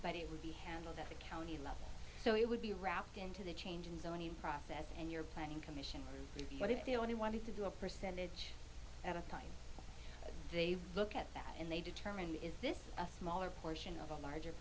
but it would be handled at the county level so it would be a route into the change and so any process and your planning commission what if they only wanted to do a percentage at a time they look at that and they determine is this a smaller portion of a larger